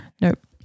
Nope